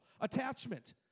attachment